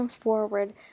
forward